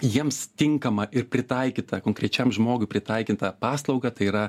jiems tinkamą ir pritaikytą konkrečiam žmogui pritaikytą paslaugą tai yra